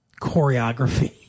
choreography